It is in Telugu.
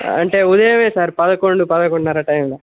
అంటే ఉదయమే సార్ పదకొండు పదకొండున్నార టైమ్లో